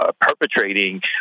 perpetrating